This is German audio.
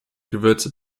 gewürze